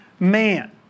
man